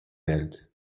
welt